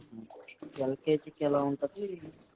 ఎల్కేజికి ఎలా ఉంటుంది